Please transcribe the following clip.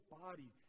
body